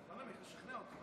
לנמק, לשכנע אותך.